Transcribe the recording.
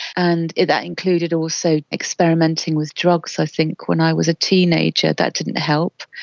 and that included also experimenting with drugs i think when i was a teenager, that didn't help.